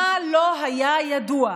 מה לא היה ידוע?